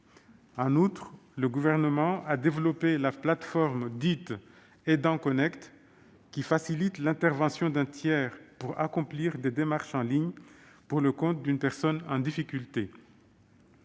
En outre, le Gouvernement a développé la plateforme Aidants Connect qui facilite l'intervention d'un tiers pour accomplir des démarches en ligne pour le compte d'une personne en difficulté.